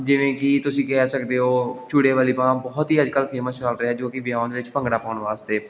ਜਿਵੇਂ ਕਿ ਤੁਸੀਂ ਕਹਿ ਸਕਦੇ ਹੋ ਚੂੜੇ ਵਾਲੀ ਬਾਂਹ ਬਹੁਤ ਹੀ ਅੱਜ ਕੱਲ੍ਹ ਫੇਮਸ ਚੱਲ ਰਿਹਾ ਜੋ ਕਿ ਵਿਆਉਣ ਵਿੱਚ ਭੰਗੜਾ ਪਾਉਣ ਵਾਸਤੇ